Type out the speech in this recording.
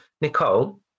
Nicole